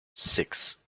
six